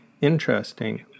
Interesting